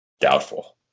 Doubtful